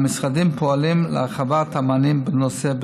המשרדים פועלים להרחבת המענים בנושא.